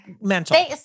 mental